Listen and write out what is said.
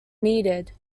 needed